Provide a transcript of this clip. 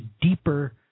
deeper